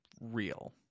real